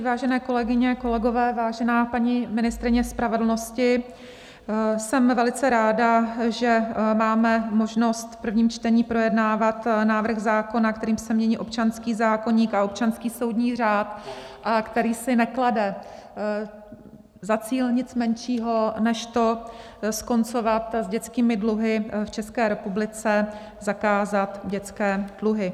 Vážené kolegyně, kolegové, vážená paní ministryně spravedlnosti, jsem velice ráda, že máme možnost v prvním čtení projednávat návrh zákona, kterým se mění občanský zákoník a občanský soudní řád a který si neklade za cíl nic menšího než skoncovat s dětskými dluhy v České republice, zakázat dětské dluhy.